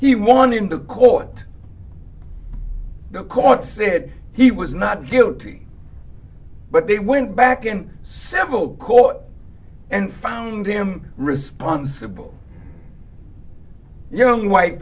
he won in the court the court said he was not guilty but they went back and several caught and found him responsible young white